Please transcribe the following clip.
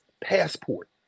passport